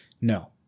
no